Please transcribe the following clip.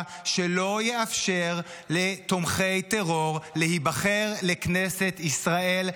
שלא יאפשר לתומכי טרור להיבחר לכנסת ישראל.